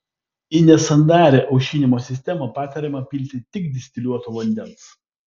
į nesandarią aušinimo sistemą patariama pilti tik distiliuoto vandens